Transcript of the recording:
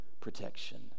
protection